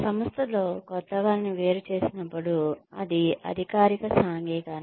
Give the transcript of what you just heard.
సంస్థ లో క్రొత్తవారిని వేరుచేసినప్పుడు అది అధికారిక సాంఘికీకరణ